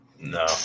No